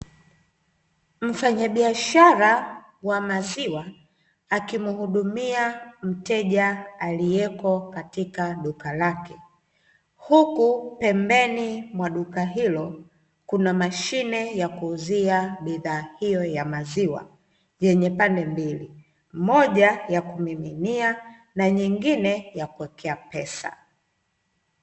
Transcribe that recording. Mfanyabiashara wa maziwa akimhudumia mteja aliyeko katika duka lake. Huku pembeni mwa duka hilo kuna mashine ya kuuzia bidhaa hiyo ya maziwa yenye pande mbili, moja ya kumiminia na nyingine ya kuwekea pesa.